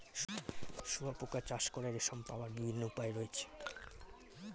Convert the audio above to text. শুঁয়োপোকা চাষ করে রেশম পাওয়ার বিভিন্ন উপায় রয়েছে